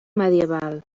medieval